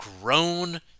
grown